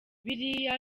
biriya